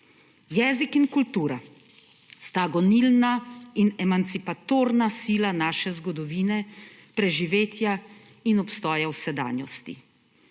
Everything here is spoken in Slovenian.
Jezik in kultura sta gonilna in emancipatorna sila naše zgodovine, preživetja in obstoja v sedanjosti.